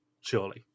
surely